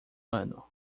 ano